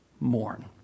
mourn